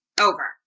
over